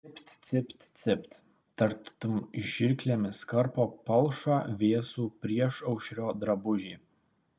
cipt cipt cipt tartum žirklėmis karpo palšą vėsų priešaušrio drabužį